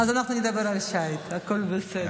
אז אנחנו נדבר על שיט, הכול בסדר.